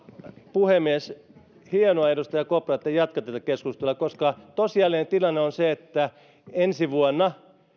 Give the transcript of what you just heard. puhemies hienoa edustaja kopra että jatkatte tätä keskustelua koska tosiasiallinen tilanne on se että ensi vuonna